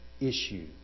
issue